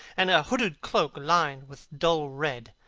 and a hooded cloak lined with dull red.